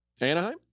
Anaheim